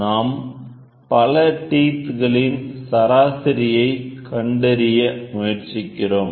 நாம் பல டீத் களின் சராசரியை கண்டறிய முயற்சிக்கிறோம்